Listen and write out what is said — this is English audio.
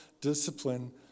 discipline